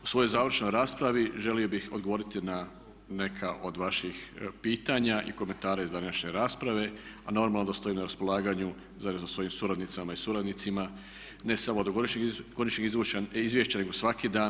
U svojoj završnoj raspravi želio bih odgovoriti na neka od vaših pitanja i komentara iz današnje rasprave, a normalno da stojim na raspolaganju zajedno sa svojim suradnicama i suradnicima ne samo do godišnjeg izvješća nego svako dan.